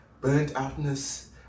burnt-outness